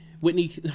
Whitney